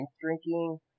drinking